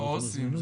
לראות מה הזמינות.